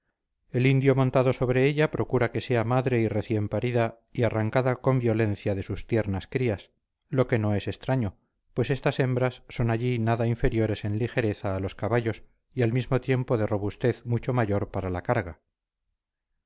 el indio montado sobre ella procura que sea madre y recién parida y arrancada con violencia de sus tiernas crías lo que no es extraño pues estas hembras son allí nada inferiores en ligereza a los caballos y al mismo tiempo de robustez mucho mayor para la carga